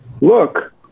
look